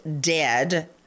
dead